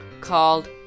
called